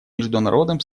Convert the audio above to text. международным